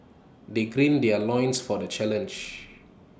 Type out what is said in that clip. they green their loins for the challenge